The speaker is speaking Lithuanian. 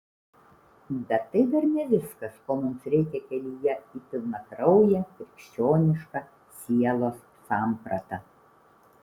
bet tai dar ne viskas ko mums reikia kelyje į pilnakrauję krikščionišką sielos sampratą